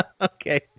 Okay